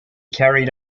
carried